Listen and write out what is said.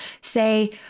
say